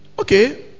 Okay